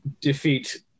defeat